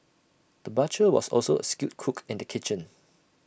the butcher was also A skilled cook in the kitchen